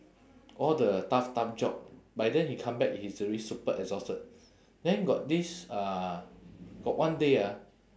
all the tough tough job by then he come back he's already super exhausted then got this uh got one day ah